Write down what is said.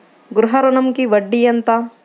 గృహ ఋణంకి వడ్డీ ఎంత?